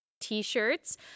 t-shirts